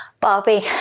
Barbie